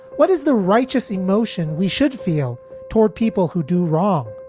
what is the righteous emotion we should feel toward people who do wrong?